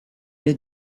est